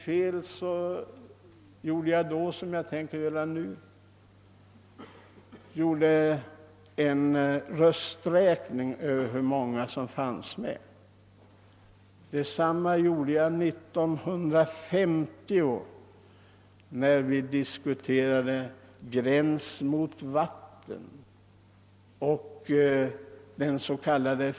Både då och på 1950-talet, när vi diskuterade frågan om gräns mot vatten och den s.k. fiskerättslagen, begärde jag rösträkning här i kammaren, och jag har för avsikt att göra det också i dag.